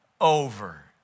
over